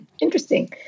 interesting